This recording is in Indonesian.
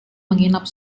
menginap